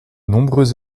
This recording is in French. nombreux